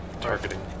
targeting